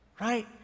Right